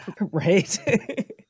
Right